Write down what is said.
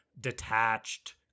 detached